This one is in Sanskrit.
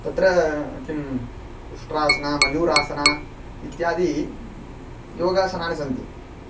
तत्र किम् उष्ट्रासनं मयूरासनम् इत्यादियोगासनानि सन्ति